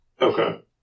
Okay